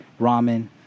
ramen